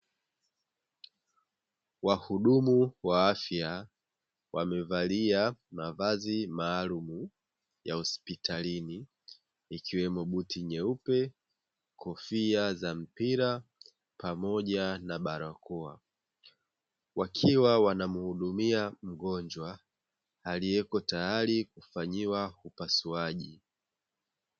Wahudumu wa afya wamevalia mavazi maalumu ya hospitalini ikiwemo buti nyeupe, kofia za mpira pamoja na barakoa wakiwa wanamuhudumia mgonjwa aliyeko tayari kufanyiwa upasuaji.